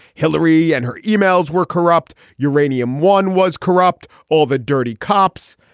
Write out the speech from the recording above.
hillary and her yeah e-mails were corrupt. uranium one was corrupt. all the dirty cops.